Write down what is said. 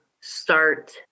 start